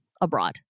abroad